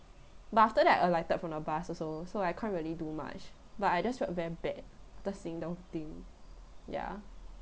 but after that I alighted from the bus also so I can't really do much but I just felt very bad just seeing the thing ya